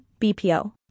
BPO